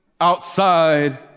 outside